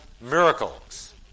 miracles